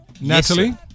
Natalie